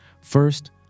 First